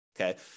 okay